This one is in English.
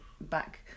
back